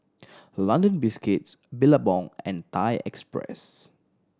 London Biscuits Billabong and Thai Express